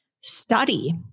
study